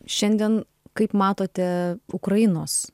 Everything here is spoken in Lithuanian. šiandien kaip matote ukrainos